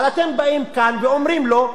אבל אתם באים כאן ואומרים לו,